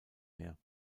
mehr